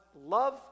love